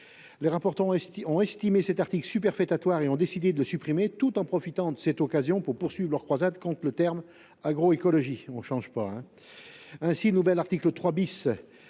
Les rapporteurs ont estimé cet article superfétatoire et ont décidé de le supprimer, tout en profitant de cette occasion pour poursuivre leur croisade contre le terme « agroécologie »– on ne change pas…